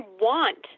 want